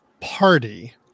party